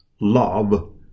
love